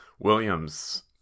Williams